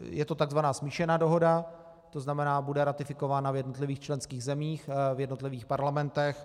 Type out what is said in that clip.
Je to takzvaná smíšená dohoda, to znamená, bude ratifikována v jednotlivých členských zemích, v jednotlivých parlamentech.